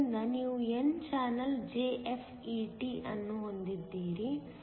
ಆದ್ದರಿಂದ ನೀವು n channel JFET ಅನ್ನು ಹೊಂದಿದ್ದೀರಿ